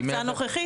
בהקצאה הנוכחית,